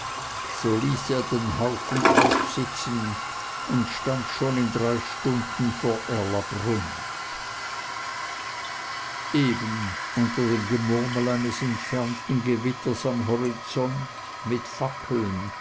er den haufen aufsitzen und stand schon in drei stunden vor erlabrunn eben unter dem gemurmel eines entfernten gewitters am horizont mit fackeln